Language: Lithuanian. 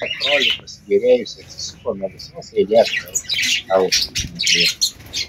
panelė kroli pasigėrėjusi atsisuko nuo visos eilės raidžių l lentoje